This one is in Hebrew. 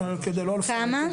כמה?